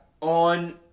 on